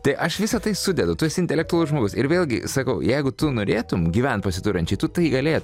tai aš visa tai sudedu tu esi intelektualus žmogus ir vėlgi sakau jeigu tu norėtum gyvent pasiturinčiai tu tai galėtum